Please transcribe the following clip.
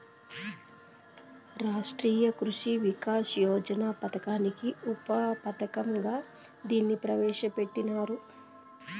రాష్ట్రీయ కృషి వికాస్ యోజన పథకానికి ఉప పథకంగా దీన్ని ప్రవేశ పెట్టినారు